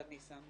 ניסן,